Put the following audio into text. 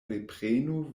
reprenu